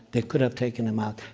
they could have taken him out.